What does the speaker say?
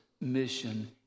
mission